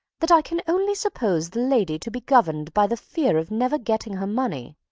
that i can only suppose the lady to be governed by the fear of never getting her money.